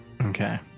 okay